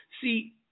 See